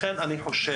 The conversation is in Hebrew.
לכן אני חושב,